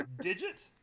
Digit